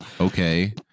okay